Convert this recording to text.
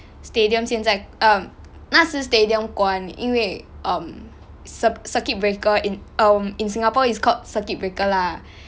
stadium 现在 um 那时 stadium 关因为 um cir~ circuit breaker in um in singapore it's called circuit breaker lah